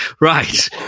Right